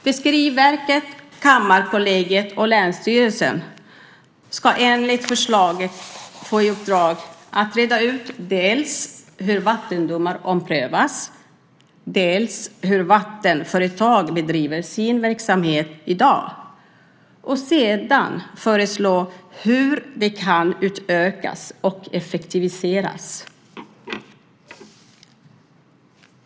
Fiskeriverket, Kammarkollegiet och länsstyrelsen ska enligt förslaget få i uppdrag att reda ut dels hur vattendomar omprövas, dels hur vattenföretag bedriver sin verksamhet i dag och sedan föreslå hur det kan utökas och effektiviseras.